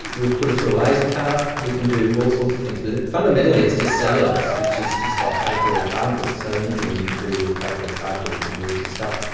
we've put it through a laser cutter. you can do all sorts of things with it. fundamentally it's just cellulose, which is just like paper or cardboard, so anything you can do with paper or cardboard you can do with this stuff.